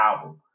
album